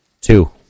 Two